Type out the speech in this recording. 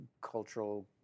cultural